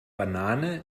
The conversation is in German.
banane